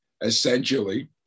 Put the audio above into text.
essentially